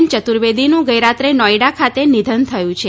યતુર્વેદીનું ગઈરાત્રે નોઈડા ખાતે નિધન થયું છે